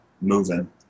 moving